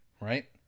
right